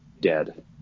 dead